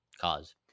cause